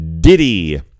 Diddy